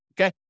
Okay